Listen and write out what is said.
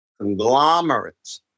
conglomerates